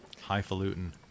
Highfalutin